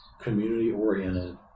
community-oriented